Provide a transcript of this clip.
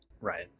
Right